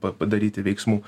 padaryti veiksmų